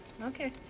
Okay